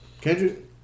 Kendrick